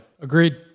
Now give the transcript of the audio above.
agreed